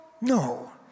No